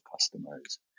customers